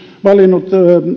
valinnut